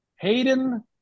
Hayden